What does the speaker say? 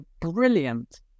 brilliant